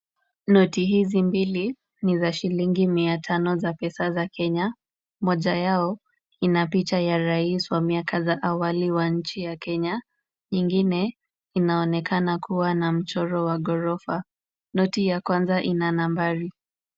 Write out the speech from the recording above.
Noti hizi mbili ni za shilingi mia tano za pesa za Kenya. Moja yao inapicha ya Rais wa za awali wa nchi ya Kenya, nyingine inaonekana kuwa na mchoro wa ghorofa. Noti ya kwanza ina nambari.